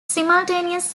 simultaneous